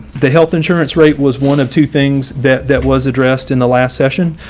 the health insurance rate was one of two things that that was addressed in the last session,